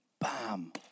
Bam